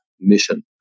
mission